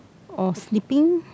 or sleeping